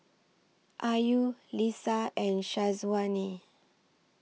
Ayu Lisa and Syazwani